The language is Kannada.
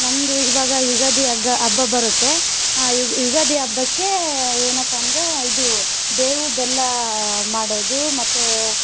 ನಮ್ಮದು ಇವಾಗ ಯುಗಾದಿ ಅಗ್ಗ ಹಬ್ಬ ಬರುತ್ತೆ ಯುಗ ಯುಗಾದಿ ಹಬ್ಬಕ್ಕೆ ಏನಪ್ಪ ಅಂದರೆ ಇದು ಬೇವು ಬೆಲ್ಲ ಮಾಡೋದು ಮತ್ತು